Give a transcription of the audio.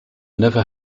never